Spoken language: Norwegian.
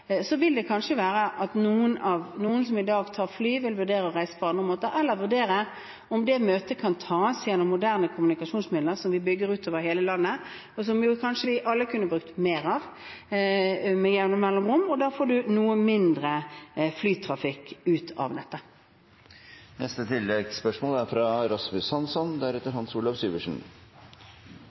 Kanskje vil noen som i dag tar fly, vurdere å reise på andre måter eller vurdere om møtet kan gjennomføres ved hjelp av moderne kommunikasjonsmidler – som vi bygger ut over hele landet, og som vi kanskje alle kunne brukt mer med jevne mellomrom. Da får man noe mindre flytrafikk ut av dette. Rasmus Hansson – til oppfølgingsspørsmål. Flyvning er